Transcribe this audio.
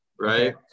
Right